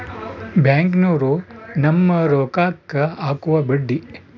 ಬ್ಯಾಂಕ್ನೋರು ನಮ್ಮ್ ರೋಕಾಕ್ಕ ಅಕುವ ಬಡ್ಡಿ